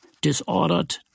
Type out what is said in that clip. Disordered